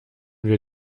wir